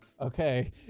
Okay